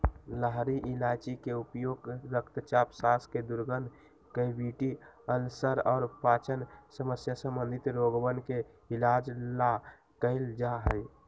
हरी इलायची के उपयोग रक्तचाप, सांस के दुर्गंध, कैविटी, अल्सर और पाचन समस्या संबंधी रोगवन के इलाज ला कइल जा हई